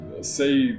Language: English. say